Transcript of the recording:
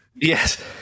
Yes